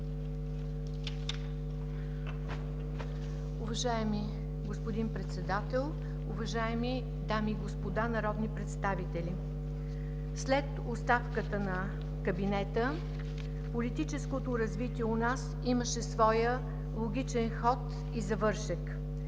Уважаеми господин Председател, уважаеми дами и господа народни представители! След оставката на кабинета, политическото развитие у нас имаше своя логичен ход и завършек.